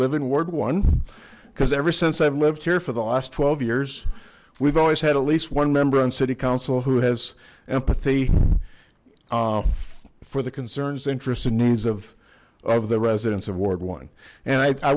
live in ward one because ever since i've lived here for the last twelve years we've always had at least one member on city council who has empathy for the concerns interests and needs of of the residents of ward one and i